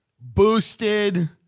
boosted